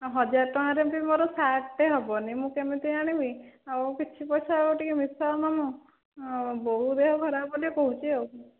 ହଜାର ଟଙ୍କାରେ ଏମିତିବି ମୋର ସାର୍ଟଟେ ହେବନି ମୁଁ କେମିତି ଆଣିବି ଆଉ କିଛି ପଇସା ଟିକେ ମିଶାଅ ମାମୁଁ ବୋଉ ଦେହ ଖରାପ ବୋଲି କହୁଛି ଆଉ